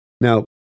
Now